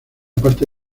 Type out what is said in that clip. parte